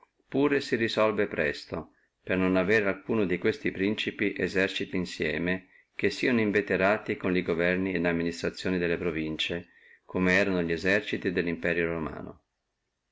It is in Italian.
tamen si resolve presto per non avere alcuno di questi principi eserciti insieme che sieno inveterati con li governi e amministrazione delle provincie come erano li eserciti dello imperio romano